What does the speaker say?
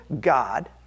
God